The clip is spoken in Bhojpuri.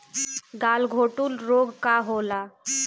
गलघोटू रोग का होला?